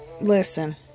listen